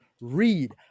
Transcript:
read